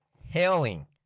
hailing